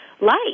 life